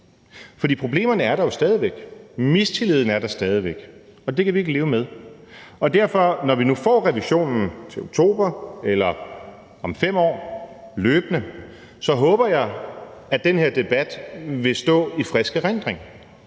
For problemerne er der jo stadig væk. Mistilliden er der stadig væk, og det kan vi ikke leve med. Når vi nu får revisionen til oktober eller om 5 år, løbende, så håber jeg derfor, at den her debat vil stå i frisk erindring,